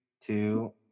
two